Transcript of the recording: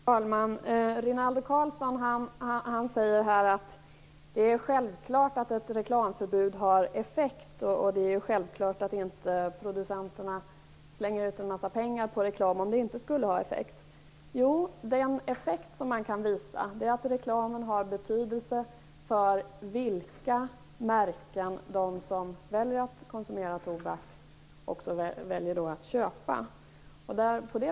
Fru talman! Rinaldo Karlsson säger att det är självklart att ett reklamförbud har effekt och att producenterna inte slänger ut en massa pengar på reklam om den inte skulle ha effekt. Den effekt man kan visa är att reklamen har betydelse för vilka märken de som väljer att konsumera tobak också väljer att köpa.